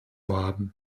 haben